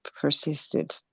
persisted